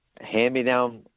Hand-me-down